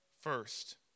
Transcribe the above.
First